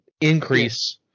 increase